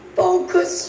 focus